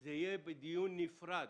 זה יהיה בדיון נפרד.